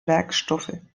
werkstoffe